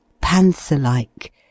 panther-like